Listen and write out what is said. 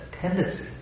tendency